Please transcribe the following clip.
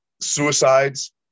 suicides